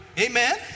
amen